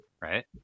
Right